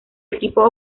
equipo